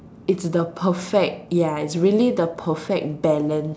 it's the perfect ya it's really the perfect balance